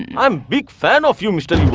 and um big fan of you, mr.